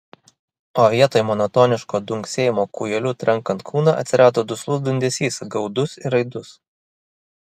o vietoj monotoniško dunksėjimo kūjeliu trankant kūną atsirado duslus dundesys gaudus ir aidus